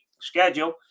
schedule